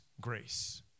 grace